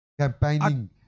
campaigning